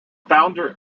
founder